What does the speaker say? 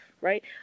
right